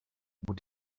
what